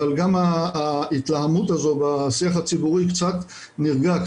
אבל גם ההתלהמות הזו בשיח הציבורי קצת נרגעה,